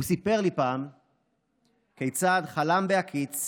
הוא סיפר לי פעם כיצד חלם בהקיץ